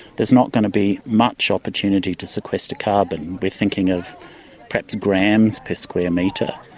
there's not going to be much opportunity to sequester carbon. we're thinking of perhaps grams per square metre.